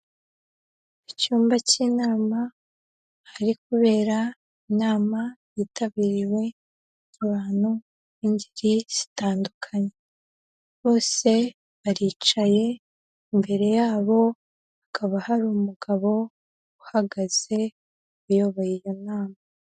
Icyumba cy'inama ahari kubera inama yitabiriwe n'abantu b'ingeri zitandukanye, bose baricaye imbere yabo hakaba hari umugabo uhagaze uyoboye iyo nama.